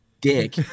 dick